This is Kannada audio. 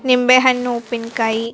ನಿಂಬೆ ಹಣ್ಣು ಉಪ್ಪಿನಕಾಯಿ